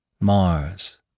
Mars